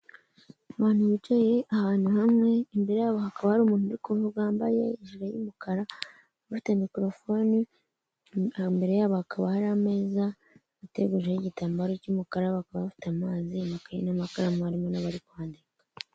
Abantu bicaye ahantu hamwe, imbere yabo hakaba hari umuntu urikuvuga wambaye ijire y'umukara ufite mikorofone, imbere yabo hakaba hari ameza ategujeho igitambaro cy'umukara, bakaba bafite amazi, amakayi n'amakaramu harimo n'abari kwandika.